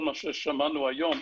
כל מה ששמענו היום,